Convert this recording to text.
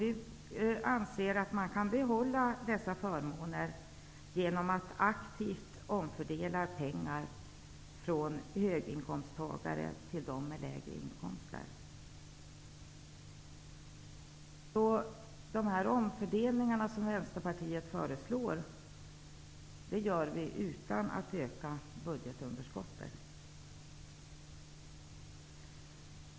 Vi anser att det går att behålla dessa förmåner genom att aktivt omfördela pengar från höginkomsttagare till dem med lägre inkomster. Alla dessa omfördelningar som vi i Vänsterpartiet föreslår kommer inte att öka budgetunderskottet.